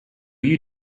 you